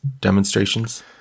demonstrations